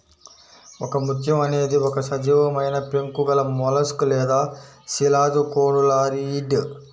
ఒకముత్యం అనేది ఒక సజీవమైనపెంకు గలమొలస్క్ లేదా శిలాజకోనులారియిడ్